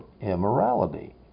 immorality